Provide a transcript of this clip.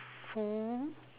four